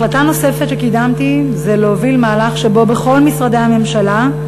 החלטה נוספת שקידמתי זה להוביל מהלך שבו בכל משרדי הממשלה,